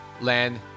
land